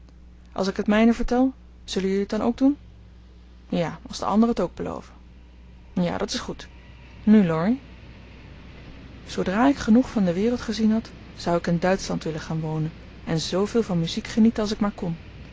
als ik het mijne vertel zullen jullie het dan ook doen ja als de anderen het ook beloven ja dat is goed nu laurie zoodra ik genoeg van de wereld gezien had zou ik in duitschland willen gaan wonen en zooveel van muziek genieten als ik maar kon